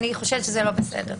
אני חושבת שזה לא בסדר.